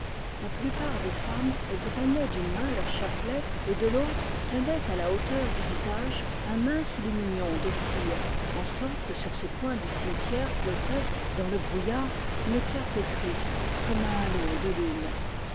la plupart des femmes égrenaient d une main leur chapelet et de l'autre tenaient à la hauteur du visage un mince lumignon de cire en sorte que sur ce coin du cimetière flottait dans le brouillard une clarté triste comme un halo de lune